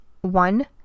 one